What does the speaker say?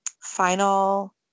final